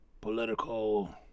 political